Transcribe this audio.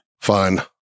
Fine